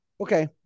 Okay